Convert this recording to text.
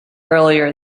earlier